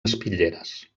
espitlleres